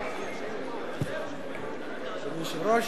אדוני היושב-ראש,